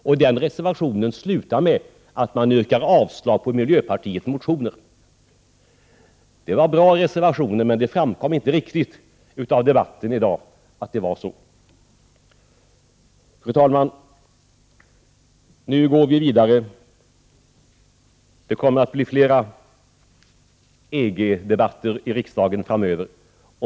Vpk:s reservation slutar med ett yrkande om avslag på miljöpartiets motioner. Det var en bra reservation, men det framkom inte riktigt av debatten. Fru talman! Nu går vi vidare. Det kommer att bli fler EG-debatter i riksdagen framöver.